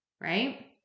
right